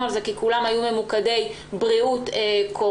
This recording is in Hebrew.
על זה כי כולם היו ממוקדי בריאות קורונה.